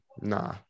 nah